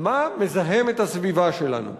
מה מזהם את הסביבה שלנו.